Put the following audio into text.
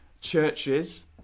churches